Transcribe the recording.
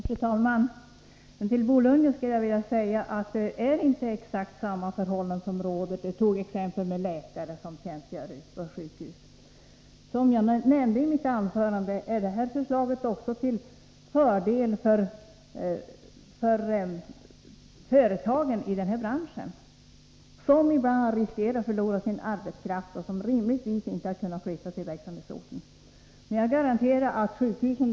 Fru talman! Till Bo Lundgren skulle jag vilja säga följande. Det är inte exakt samma förhållanden som råder. Han tog exempel med läkare som tjänstgör ute på sjukhus. Läkarna har väl tilltagna traktamenten när de är ute och tjänstgör extra. Som jag nämnde i mitt anförande är det här förslaget till fördel också för företagen i den här branschen.